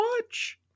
watch